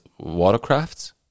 watercrafts